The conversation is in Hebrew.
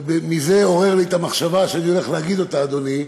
וזה עורר לי את המחשבה שאני הולך להגיד, אדוני,